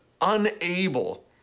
unable